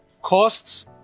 costs